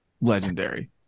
Legendary